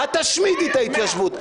את תשמידי את ההתיישבות.